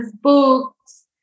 books